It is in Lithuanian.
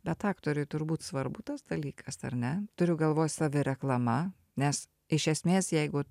bet aktoriui turbūt svarbu tas dalykas ar ne turiu galvoj savireklama nes iš esmės jeigu